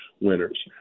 Winners